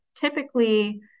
typically